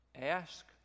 ask